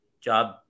job